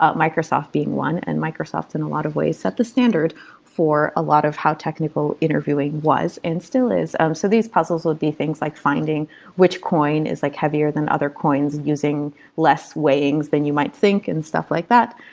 ah microsoft being one, and microsoft in a lot of ways at the standard for a lot of how technical interviewing was, and still is um so these puzzles would be things like finding which coin is like heavier than other coins using less weightings than you might think and stuff like that.